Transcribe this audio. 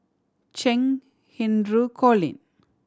Cheng Hinru Colin